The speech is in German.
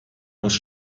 muss